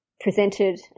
presented